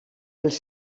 els